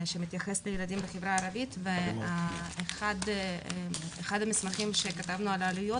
שמתייחס לילדים בחברה הערבית ואחד המסמכים שכתבנו על העלויות,